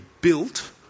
built